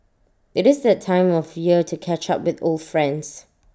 IT is that time of year to catch up with old friends